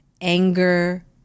anger